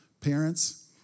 Parents